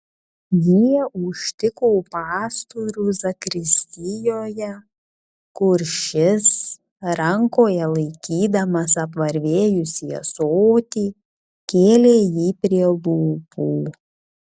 jie užtiko pastorių zakristijoje kur šis rankoje laikydamas apvarvėjusį ąsotį kėlė jį prie lūpų